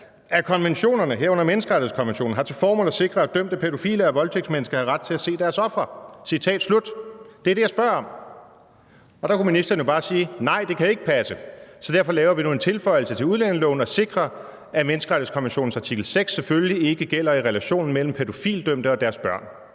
at konventionerne, herunder menneskerettighedskonventionen, har til formål at sikre, at dømte pædofile og voldtægtsmænd har ret til at se deres ofre? Citat slut. Det er det, jeg spørger om. Og der kunne ministeren jo bare sige: Nej, det kan ikke passe, så derfor laver vi nu en tilføjelse til udlændingeloven og sikrer, at menneskerettighedskonventionens artikel 6 selvfølgelig ikke gælder i relationen mellem pædofilidømte og deres børn.